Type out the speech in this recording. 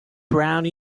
brown